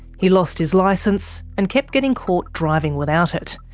he lost his licence, and kept getting caught driving without it.